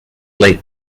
late